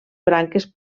branques